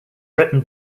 written